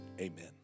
amen